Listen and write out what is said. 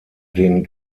den